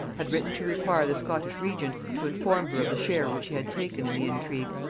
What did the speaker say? had written to require the scottish regent to inform her of the share which he had taken in the intrigue,